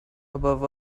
above